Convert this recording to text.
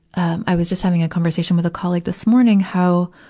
i was just having a conversation with a colleague this morning how,